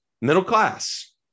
middle-class